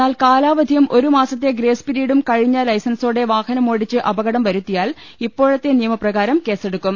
എന്നാൽ കാലാവധിയും ഒരു മാസത്തെ ഗ്രേസ് പിരീഡും കഴിഞ്ഞ ലൈസൻസോടെ വാഹനമോടിച്ച് അപ കടം വരുത്തിയാൽ ഇപ്പോഴത്തെ നിയമപ്രകാരം കേസെടുക്കും